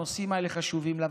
הנושאים האלה חשובים לה,